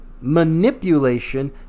manipulation